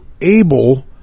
able